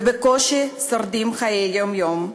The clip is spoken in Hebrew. ובקושי שורדים את חיי היום-יום.